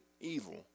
evil